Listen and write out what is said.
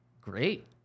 Great